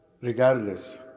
regardless